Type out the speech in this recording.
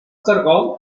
caragol